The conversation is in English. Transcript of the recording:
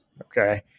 Okay